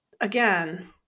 again